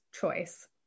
choice